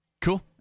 Cool